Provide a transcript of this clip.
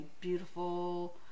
beautiful